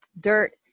dirt